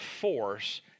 force